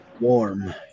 warm